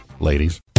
Ladies